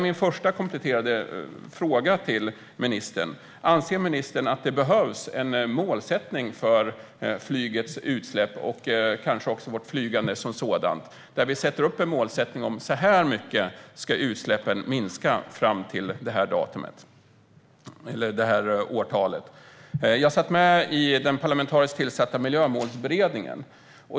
Min första kompletterande fråga till ministern är: Anser ministern att det behövs en målsättning för flygets utsläpp och kanske också för vårt flygande som sådant? Det handlar om att vi sätter upp en målsättning och säger: Så här mycket ska utsläppen minska fram till det här årtalet. Jag satt med i den parlamentariskt tillsatta Miljömålsberedningen.